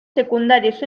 secundarios